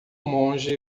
monge